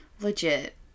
Legit